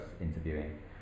interviewing